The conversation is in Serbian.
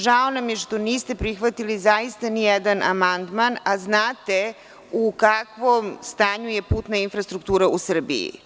Žao nam je što niste prihvatili zaista nijedan amandman, a znate u kakvom stanju je putna infrastruktura u Srbiji.